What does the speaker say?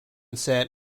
set